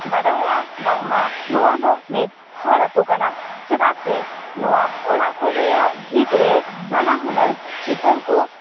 ᱵᱟᱰᱟᱭᱚᱜᱼᱟ ᱵᱟᱝᱢᱟ ᱱᱚᱣᱟ ᱫᱚ ᱢᱤᱫ ᱦᱚᱲ ᱟᱛᱳ ᱠᱟᱱᱟ ᱪᱮᱫᱟᱜ ᱥᱮ ᱱᱚᱣᱟ ᱚᱲᱟᱜ ᱠᱚ ᱨᱮᱭᱟᱜ ᱵᱷᱤᱛ ᱨᱮ ᱱᱟᱱᱟ ᱦᱩᱱᱟᱹᱨ ᱪᱤᱛᱟᱹᱨ ᱠᱚ